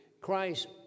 Christ